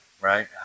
right